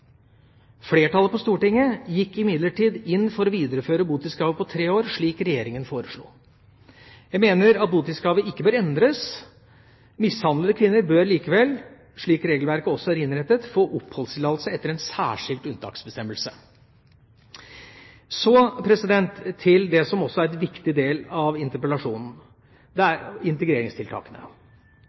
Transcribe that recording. Flertallet på Stortinget gikk imidlertid inn for å videreføre botidskravet på tre år, slik Regjeringa foreslo. Jeg mener at botidskravet ikke bør endres. Mishandlede kvinner bør likevel, slik regelverket også er innrettet, få oppholdstillatelse etter en særskilt unntaksbestemmelse. Så til noe som også er en viktig del av interpellasjonen, integreringstiltakene.